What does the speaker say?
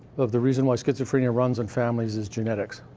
of the reason why schizophrenia runs in families is genetics.